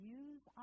use